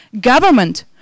Government